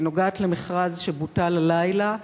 היא נוגעת למכרז שבוטל הלילה,